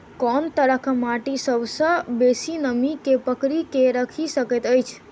कोन तरहक माटि सबसँ बेसी नमी केँ पकड़ि केँ राखि सकैत अछि?